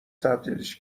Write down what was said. تبدیلش